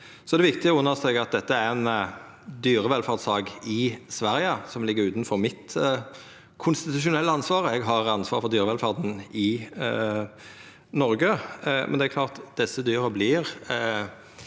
Det er viktig å understreka at dette er ei dyrevelferdssak i Sverige, som ligg utanfor mitt konstitusjonelle ansvar. Eg har ansvaret for dyrevelferda i Noreg. Men det er klart: Desse dyra vert